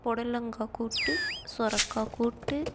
புடலங்கா கூட்டு சுரக்கா கூட்டு